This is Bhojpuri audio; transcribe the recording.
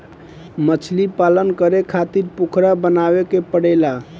मछलीपालन करे खातिर पोखरा बनावे के पड़ेला